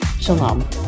Shalom